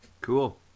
Cool